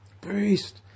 Beast